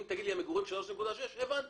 אם תגיד לי שהמגורים זה 3.6, הבנתי.